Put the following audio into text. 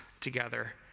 together